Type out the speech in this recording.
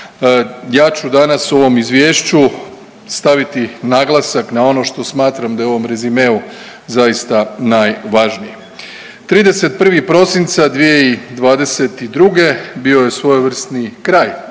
Ja ću danas u ovom izvješću staviti naglasak na ono što smatram da je u ovom rezimeu zaista najvažnije. 31. prosinca 2022. bio je svojevrsni kraj